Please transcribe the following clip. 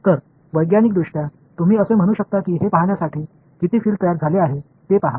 तर वैज्ञानिकदृष्ट्या तुम्ही असे म्हणू शकता की हे पहाण्यासाठी किती फील्ड तयार झाले आहे ते पहा